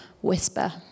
whisper